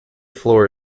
floor